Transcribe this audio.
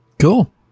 Cool